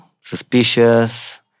suspicious